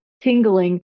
tingling